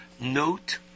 Note